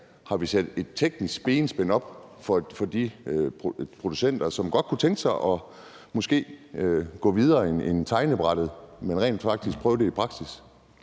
har vi lavet et teknisk benspænd for de producenter, som godt kunne tænke sig måske at gå videre end tegnebrættet og rent faktisk prøve det i praksis?